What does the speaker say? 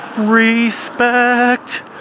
respect